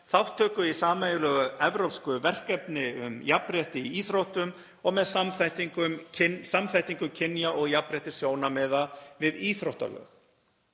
þátttöku í sameiginlegu evrópsku verkefni um jafnrétti í íþróttum og með samþættingu kynja- og jafnréttissjónarmiða við íþróttalög.